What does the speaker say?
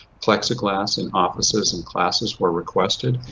plexiglas and offices and classes were requested.